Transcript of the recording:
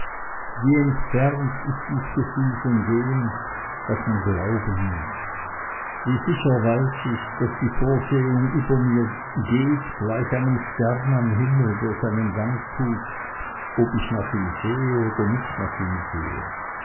wie entfernt ist dies gefühl von dem was man glauben nennt wie sicher weiß ich daß die vorsehung über mir geht gleich einem stern am himmel der seinen gang tut ob ich nach ihm sehe oder nicht nach ihm sehe